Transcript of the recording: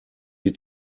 die